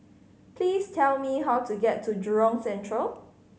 please tell me how to get to Jurong Central